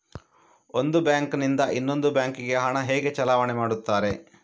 ಒಂದು ಬ್ಯಾಂಕ್ ನಿಂದ ಇನ್ನೊಂದು ಬ್ಯಾಂಕ್ ಗೆ ಹಣ ಹೇಗೆ ಚಲಾವಣೆ ಮಾಡುತ್ತಾರೆ?